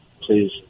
please